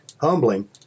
Humbling